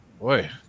Boy